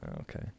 Okay